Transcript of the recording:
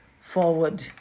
forward